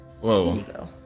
Whoa